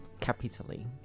capitally